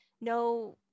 no